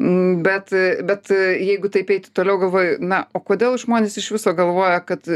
bet bet jeigu taip eiti toliau galvoju na o kodėl žmonės iš viso galvoja kad